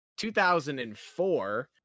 2004